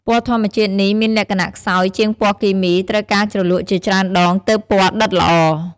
ពណ៌ធម្មជាតិនេះមានលក្ខណៈខ្សោយជាងពណ៌គីមី ត្រូវការជ្រលក់ជាច្រើនដងទើបពណ៌ដិតល្អ។